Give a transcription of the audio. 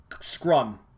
scrum